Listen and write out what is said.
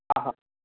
हा